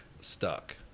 stuck